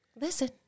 Listen